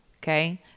okay